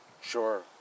Sure